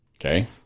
Okay